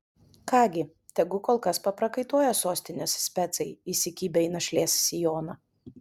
ką gi tegu kol kas paprakaituoja sostinės specai įsikibę į našlės sijoną